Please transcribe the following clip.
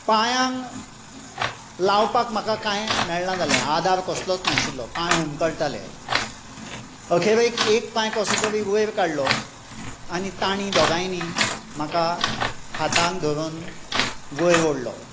पांयांक लावपाक म्हाका कांय मेळना जालें आदार कसलोच नाशिल्लो पांय हुमकळटाले अखेरेक एक पांय कसो तरी वयर काडलो आनी तांणी दोगांयनी म्हाका हातान धरून वयर ओडलो